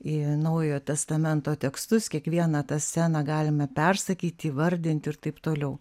į naujojo testamento tekstus kiekvieną tą sceną galime persakyti įvardinti ir taip toliau